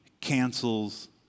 cancels